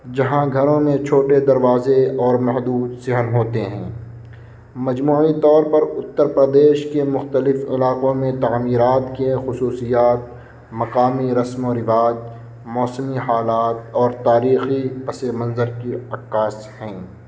جہاں گھروں میں چھوٹے دروازے اور محدود صحن ہوتے ہیں مجموعی طور پر اترپردیش کے مختلف علاقوں میں تعمیرات کے خصوصیات مقامی رسم و رواج موسمی حالات اور تاریخی پس منظر کی عکاس ہیں